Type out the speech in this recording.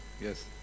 yes